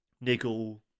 niggle